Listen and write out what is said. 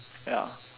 ya